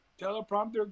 teleprompter